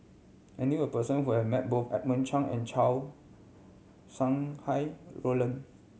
I knew a person who has met both Edmund Cheng and Chow Sau Hai Roland